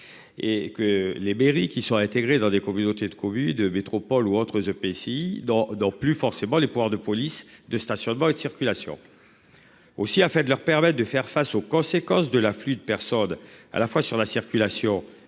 et que les mairies qui sont intégrés dans des communautés de Covid métropole ou autres épaissi dans dans plus forcément les pouvoirs de police de stationnement et de circulation. Aussi, afin de leur permettre de faire face aux conséquences de la flûte personne à la fois sur la circulation,